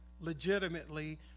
legitimately